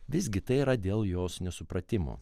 visgi tai yra dėl jos nesupratimo